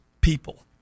people